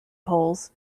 polls